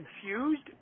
confused